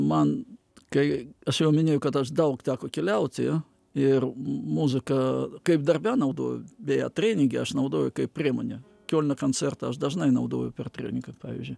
man kai aš jau minėjau kad aš daug teko keliauti ir m muziką kaip darbe naudoju beje treininge aš naudoju kaip priemonę kiolno koncertą aš dažnai naudoju per treiningą pavyzdžiui